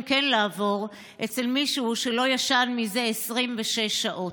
כן לעבור אצל מישהו שלא ישן זה 26 שעות.